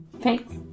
Thanks